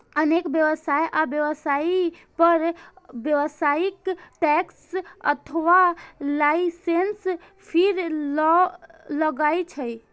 अनेक व्यवसाय आ व्यवसायी पर व्यावसायिक टैक्स अथवा लाइसेंस फीस लागै छै